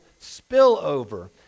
spillover